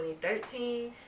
2013